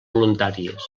voluntàries